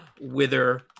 wither